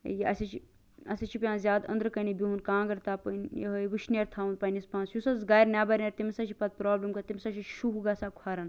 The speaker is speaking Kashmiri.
اَسہِ حظ چھ اَسہِ حظ چھ پیٚوان زیاد أندرٕ کنے بِہُن کانٛگر تَپٕن یہے وٕشنیٲرۍ تھاوُن پَننِس پانَس یُس حظ گَرٕ نیٚبر نیرِ تٔمس حظ چھِ پتہٕ پرابلم گَژھان تمس حظ چھُ شُہہ گَژھان کھوٚرَن